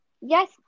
Yes